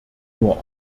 nur